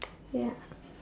ya